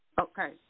Okay